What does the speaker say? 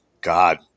God